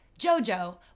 Jojo